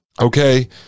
Okay